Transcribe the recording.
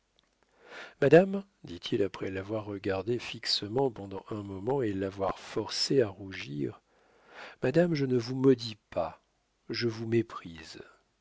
madame dit-il après l'avoir regardée fixement pendant un moment et l'avoir forcée à rougir madame je ne vous maudis pas je vous méprise